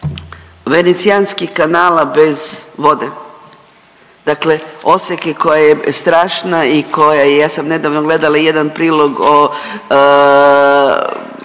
venecijanskih kanala bez vode. Dakle, oseke koja je strašna i koja je, ja sam nedavno gledala i jedan prilog o